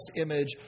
image